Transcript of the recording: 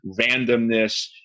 randomness